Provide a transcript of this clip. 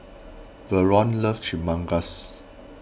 Vernon loves Chimichangas